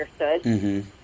understood